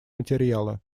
материала